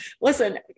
listen